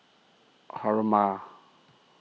Haruma